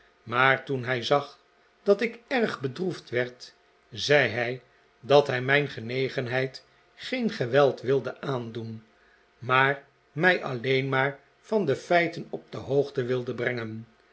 maar toen hij zag dat ik erg bedroefd werd zei hij dat hij mijn genegenheid geen geweld wilde aandoen maar mij alleen maar van de feiten op de hoogte wilde brengen